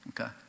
Okay